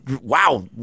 wow